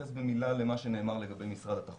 ודליפה של המידע הזה יכולה לשמש גם לפגיעה באותם אנשים וגם